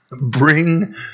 Bring